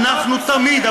בכך שאנחנו תמיד,